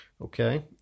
Okay